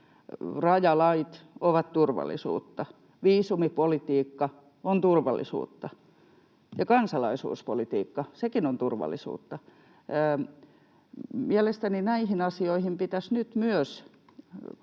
Rajalait ovat turvallisuutta, viisumipolitiikka on turvallisuutta, ja kansalaisuuspolitiikka, sekin on turvallisuutta. Mielestäni näihin asioihin pitäisi nyt myös